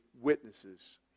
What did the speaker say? witnesses